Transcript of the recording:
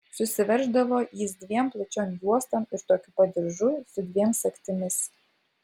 susiverždavo jis dviem plačiom juostom ir tokiu pat diržu su dviem sagtimis